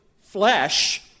flesh